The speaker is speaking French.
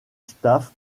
staff